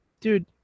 Dude